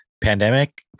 pandemic